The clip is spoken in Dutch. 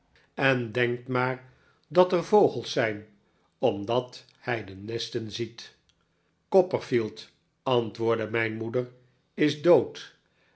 en denkt maar dat er vogels zijn omdat hij de nesten ziet copperfield antwoordde mijn moeder is dood